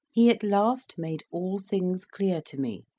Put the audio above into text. he at last made all things clear to me,